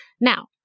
Now